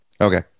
okay